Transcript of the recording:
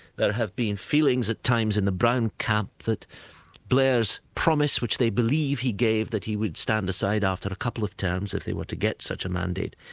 have been feelings at times in the brown camp that blair's promise, which they believe he gave that he would stand aside after a couple of terms, if they were to get such a mandate,